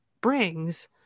brings